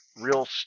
real